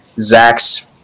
Zach's